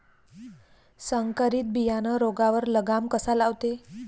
संकरीत बियानं रोगावर लगाम कसा लावते?